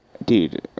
Dude